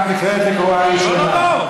את נקראת בקריאה ראשונה.